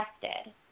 tested